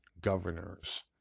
governors